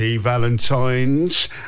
valentines